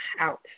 out